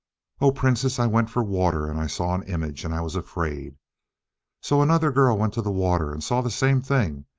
o princess! i went for water, and i saw an image, and i was afraid so another girl went to the water and saw the same thing,